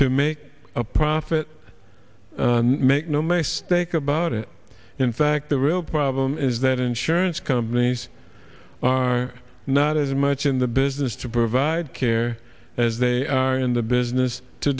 to make a profit make no mistake about it in fact the real problem is that insurance companies are not as much in the business to provide care as they are in the business to